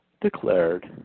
declared